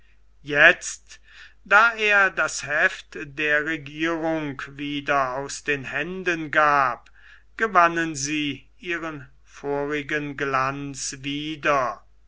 jetzt da er das heft der regierung wieder aus den händen gab gewannen sie ihren vorigen glanz wieder